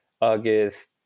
August